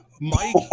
Mike